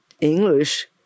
English